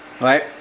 Right